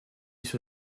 sur